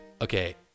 Okay